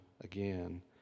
again